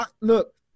look